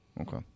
Okay